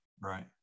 Right